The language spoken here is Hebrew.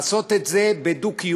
לעשות את זה בדו-קיום.